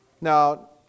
Now